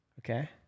Okay